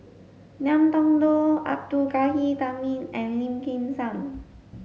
Ngiam Tong Dow Abdul Ghani Hamid and Lim Kim San